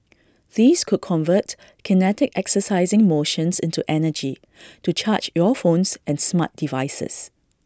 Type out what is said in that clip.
these could convert kinetic exercising motions into energy to charge your phones and smart devices